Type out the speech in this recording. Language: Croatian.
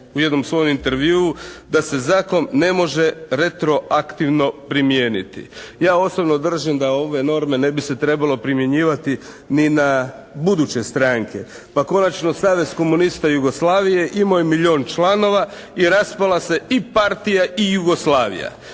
u jednom svojem intervjuu, da se zakon ne može retroaktivno primijeniti. Ja osobno držim da ove norme ne bi se trebalo primjenjivati ni na buduće stranke. Pa konačno Savez komunista Jugoslavije imao je milijun članova i raspala se i partija i Jugoslavija.